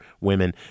women